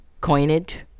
coinage